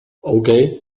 okay